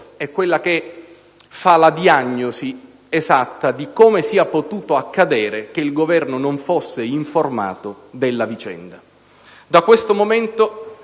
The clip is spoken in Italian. è quella che fa la diagnosi esatta di come sia potuto accadere che il Governo non fosse informato della vicenda. Da questo momento,